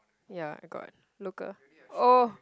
ya I got local oh